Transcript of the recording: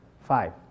five